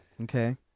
okay